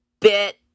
bit